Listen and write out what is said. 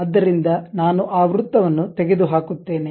ಆದ್ದರಿಂದ ನಾನು ಆ ವೃತ್ತವನ್ನು ತೆಗೆದುಹಾಕುತ್ತೇನೆ